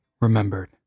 remembered